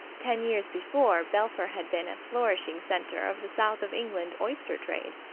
ten years before, belpher had been a flourishing centre of the south of england oyster trade.